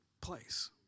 place